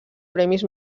premis